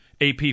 AP